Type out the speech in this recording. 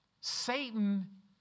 Satan